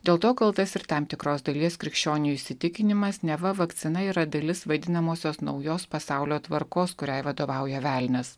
dėl to kaltas ir tam tikros dalies krikščionių įsitikinimas neva vakcina yra dalis vadinamosios naujos pasaulio tvarkos kuriai vadovauja velnias